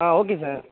ah okay sir